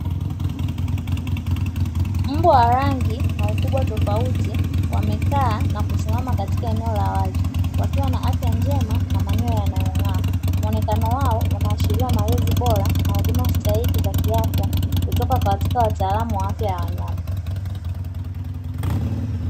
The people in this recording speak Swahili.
Mbwa wa rangi na ukubwa tofauti wamekaa na kusimama katika eneo la wazi, wakiwa na afya njema na manyoya yanayo'ngaa. Muonekano wao unaashiria malezi bora na huduma stahiki za kiafya kutoka katika wataalamu wa afya ya wanyama.